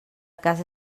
casa